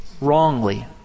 wrongly